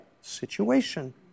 situation